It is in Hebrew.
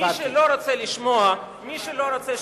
מי שלא רוצה לשמוע, מי שלא רוצה שקיפות,